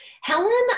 Helen